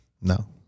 No